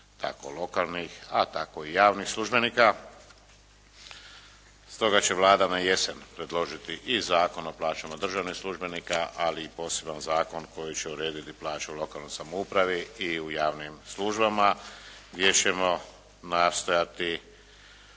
tako lokalnih a tako i javnih službenika. Stoga će Vlada na jesen predložiti i Zakon o plaćama državnih službenika ali i poseban zakon koji će urediti plaću u lokalnoj samoupravi i u javnim službama gdje ćemo nastojati